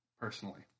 personally